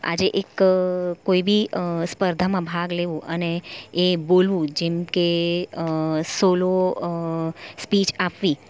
આજે એક કોઈ બી સ્પર્ધામાં ભાગ લેવો અને એ બોલવું જેમ કે સોલો સ્પીચ આપવી